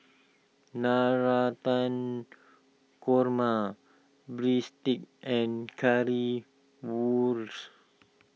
Navratan Korma Breadsticks and Currywurst